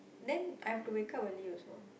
then I've to wake up early also